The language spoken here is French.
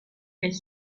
est